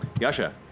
Yasha